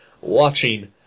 watching